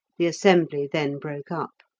the assembly then broke up.